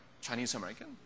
Chinese-American